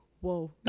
Whoa